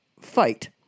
fight